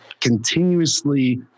Continuously